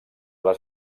les